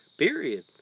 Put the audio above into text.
Period